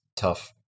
tough